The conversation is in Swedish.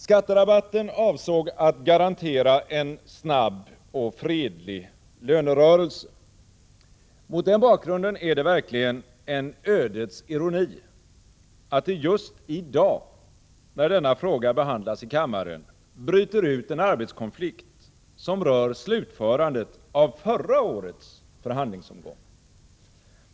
Skatterabatten avsåg att garantera en snabb och fredlig lönerörelse. Mot den bakgrunden är det verkligen en ödets ironi att det just i dag, när denna fråga behandlas i kammaren, bryter ut en arbetskonflikt som rör slutförandet av förra årets förhandlingsomgång.